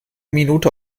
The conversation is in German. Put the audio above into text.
minute